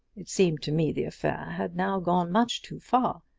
it seemed to me the affair had now gone much too far.